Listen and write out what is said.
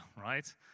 right